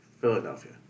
Philadelphia